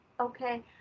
okay